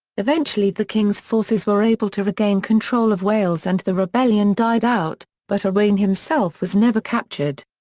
eventually the king's forces were able to regain control of wales and the rebellion died out, but owain himself was never captured.